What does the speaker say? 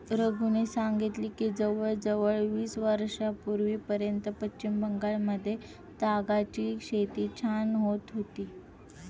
रघूने सांगितले की जवळजवळ वीस वर्षांपूर्वीपर्यंत पश्चिम बंगालमध्ये तागाची शेती छान होत होती